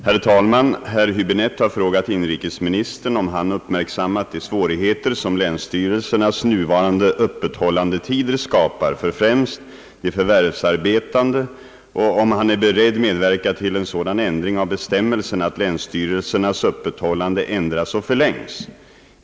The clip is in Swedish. Herr talman! Herr Höbinette har frågat inrikesministern om han uppmärksammat de svårigheter som länsstyrelsernas nuvarande öppethållandetider skapar för främst de förvärvsarbetande och om han är beredd medverka till en sådan ändring av bestämmelserna att länsstyrelsernas öppethållande ändras och förlängs.